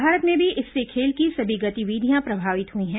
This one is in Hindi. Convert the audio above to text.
भारत में भी इससे खेल की सभी गतिविधियां प्रभावित हुई हैं